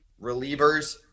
relievers